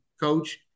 coach